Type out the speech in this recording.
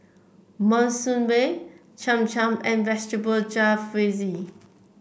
Monsunabe Cham Cham and Vegetable Jalfrezi